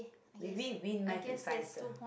we win win maths and science uh